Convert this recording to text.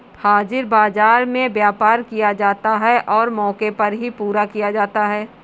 हाजिर बाजार में व्यापार किया जाता है और मौके पर ही पूरा किया जाता है